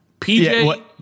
PJ